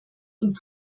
und